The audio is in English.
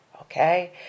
okay